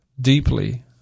deeply